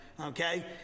okay